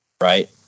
right